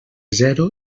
zero